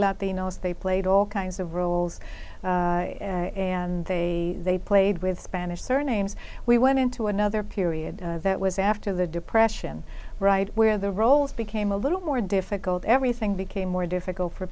latinos they played all kinds of roles and they they played with spanish surnames we went into another period that was after the depression right where the roles became a little more difficult everything became more difficult for